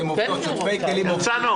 הרצנו, בבקשה.